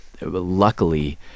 luckily